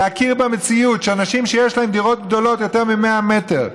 להכיר במציאות: שאנשים שיש להם דירות גדולות של יותר מ-100 מטר,